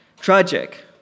Tragic